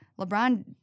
LeBron